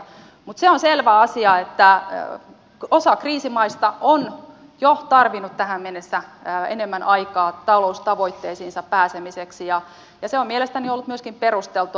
mutta se on selvä asia että osa kriisimaista on jo tarvinnut tähän mennessä enemmän aikaa taloustavoitteisiinsa pääsemiseksi ja se on mielestäni ollut myöskin perusteltua